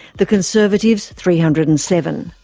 the conservatives three hundred and seven.